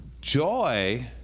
joy